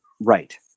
right